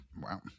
Wow